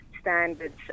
standards